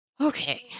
Okay